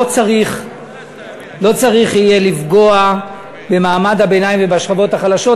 צריך יהיה לפגוע במעמד הביניים ובשכבות החלשות,